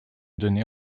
donné